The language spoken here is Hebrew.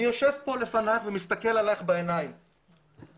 אני יושב כאן ומסתכל אליך בעיניים ואומר,